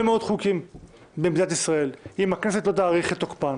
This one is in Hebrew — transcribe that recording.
מאוד חוקים במדינת ישראל אם הכנסת לא תאריך את תוקפם.